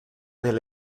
del